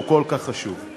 שהוא כל כך חשוב.